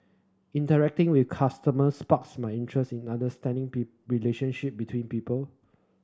interacting with customers sparks my interest in understanding be relationship between people